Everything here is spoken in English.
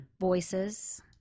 voices